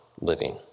living